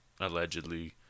allegedly